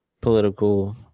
political